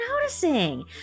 noticing